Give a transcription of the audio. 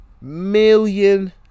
Million